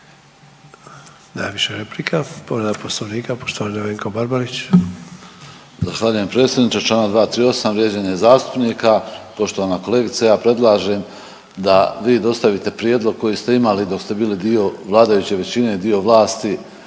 Nema više replika, povreda Poslovnika, poštovani Nevenko Barbarić. **Barbarić, Nevenko (HDZ)** Zahvaljujem predsjedniče, čl. 238, vrijeđanje zastupnika. Poštovana kolegice, ja predlažem da vi dostavite prijedlog koji ste imali dok ste bili dio vladajuće većine, dio vlasti